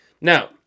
Now